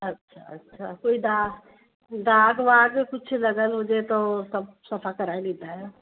अच्छा अच्छा कोई दाॻ दाॻ वाॻ कुझु लॻियल हुजे त हू सभु सफ़ा कराए ॾींदा आहियो